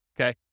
okay